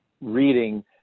reading